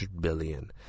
billion